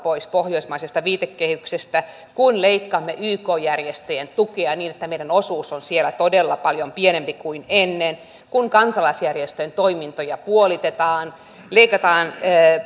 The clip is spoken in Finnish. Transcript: pohjoismaisesta viitekehyksestä ja kun leikkaamme yk järjestöjen tukea niin että meidän osuus on siellä todella paljon pienempi kuin ennen ja kun kansalaisjärjestöjen toimintoja puolitetaan leikataan